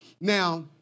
Now